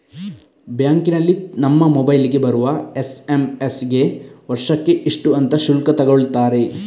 ಬ್ಯಾಂಕಿನಲ್ಲಿ ನಮ್ಮ ಮೊಬೈಲಿಗೆ ಬರುವ ಎಸ್.ಎಂ.ಎಸ್ ಗೆ ವರ್ಷಕ್ಕೆ ಇಷ್ಟು ಅಂತ ಶುಲ್ಕ ತಗೊಳ್ತಾರೆ